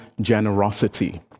Generosity